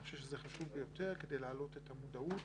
אני חושב שזה חשוב ביותר כדי להעלות את המודעות